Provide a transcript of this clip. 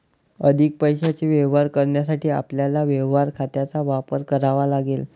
अधिक पैशाचे व्यवहार करण्यासाठी आपल्याला व्यवहार खात्यांचा वापर करावा लागेल